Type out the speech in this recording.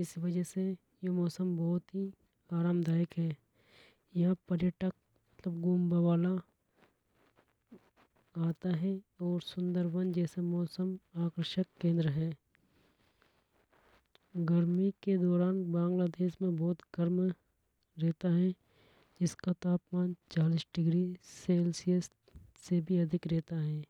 इस वजह से यो मौसम बहुत ही आरामदायक है। यह पर्यटक घुमबाहाला आता है। और सुंदर वन जैसे मौसम आकर्षक केंद्र है। गर्मी के दौरान बांग्लादेश में बहुत गर्म रहता है। इसका तापमान चालीस डिग्री सेल्सियस से भी अधिक रहता है।